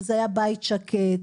שזה היה בית שקט,